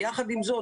יחד עם זאת,